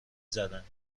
زند